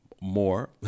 more